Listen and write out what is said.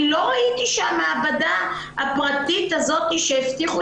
אני לא ראיתי שהמעבדה הפרטיות הזאת שהבטיחו